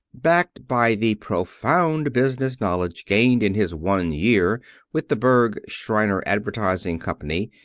backed by the profound business knowledge gained in his one year with the berg, shriner advertising company,